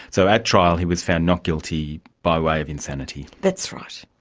so at trial he was found not guilty by way of insanity? that's right.